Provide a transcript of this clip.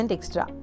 Extra